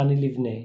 חני ליבנה,